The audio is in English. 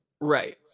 Right